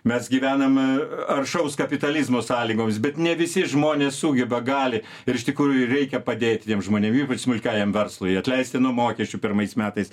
mes gyvenam aršaus kapitalizmo sąlygomis bet ne visi žmonės sugeba gali ir iš tikrųjų reikia padėti tiem žmonėm ypač smulkiajam verslui atleisti nuo mokesčių pirmais metais